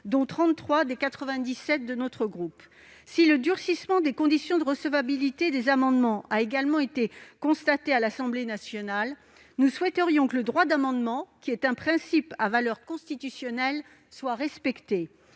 dont 33 des 97 de notre groupe. Si le durcissement des conditions de recevabilité des amendements a également été constaté à l'Assemblée nationale, nous souhaiterions que le droit d'amendement, qui est un principe à valeur constitutionnelle, soit respecté.